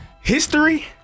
history